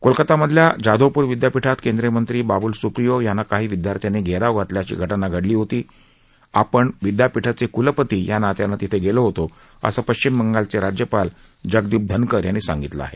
कोलकातामधल्या जाधवपूर विद्यापीठात केंद्रीय मंत्री बाबूल स्प्रियो यांना काही विद्यार्थ्यांनी घेराव घातल्याची घटना घडली तेव्हा आपण विद्यापीठाचे कुलपती या नात्यानं तिथे गेलो होतो असं पश्चिम बंगालचे राज्यपाल जगदिप धनकर यांनी सांगितलं आहे